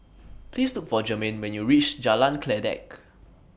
Please Look For Germaine when YOU REACH Jalan Kledek